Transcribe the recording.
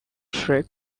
shriek